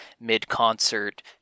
mid-concert